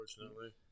Unfortunately